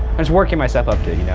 i was working myself up dude you know?